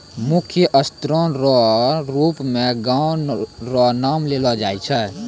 मुख्य स्रोत रो रुप मे गाछ रो नाम लेलो जाय छै